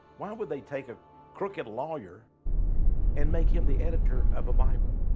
why would they take a crooked lawyer and make him the editor of a bible?